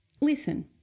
Listen